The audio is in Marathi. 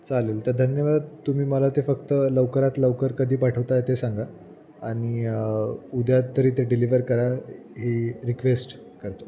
चालेल तर धन्यवाद तुम्ही मला ते फक्त लवकरात लवकर कधी पाठवत आहे ते सांगा आणि उद्या तरी ते डिलिवर करा ही रिक्वेस्ट करतो